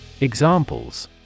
Examples